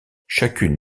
chacune